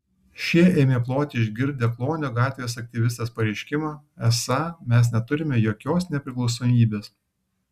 šie ėmė ploti išgirdę klonio gatvės aktyvistės pareiškimą esą mes neturime jokios nepriklausomybės